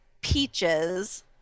peaches